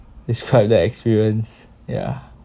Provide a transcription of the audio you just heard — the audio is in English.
describe that experience ya